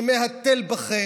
שמהתל בכם,